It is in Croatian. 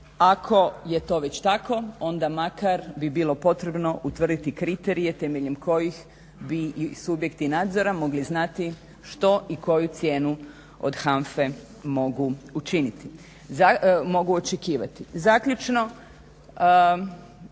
ako je to već tako onda makar bi bilo potrebno utvrditi kriterije temeljem kojih bi i subjekti nadzora mogli znati što i koju cijenu od HANFA-e mogu očekivati. Zaključno